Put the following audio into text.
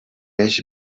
eix